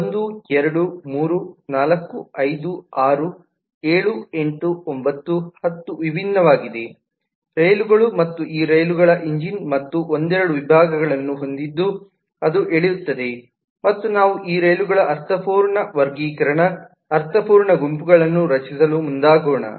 1 2 3 4 5 6 7 8 9 10 ವಿಭಿನ್ನವಾಗಿದೆ ರೈಲುಗಳು ಮತ್ತು ಈ ರೈಲುಗಳು ಎಂಜಿನ್ ಮತ್ತು ಒಂದೆರಡು ವಿಭಾಗಗಳನ್ನು ಹೊಂದಿದ್ದು ಅದು ಎಳೆಯುತ್ತದೆ ಮತ್ತು ನಾವು ಈ ರೈಲುಗಳ ಅರ್ಥಪೂರ್ಣ ವರ್ಗೀಕರಣ ಅರ್ಥಪೂರ್ಣ ಗುಂಪುಗಳನ್ನು ರಚಿಸಲು ಮುಂದಾಗೋಣ